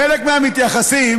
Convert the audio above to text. חלק מהמתייחסים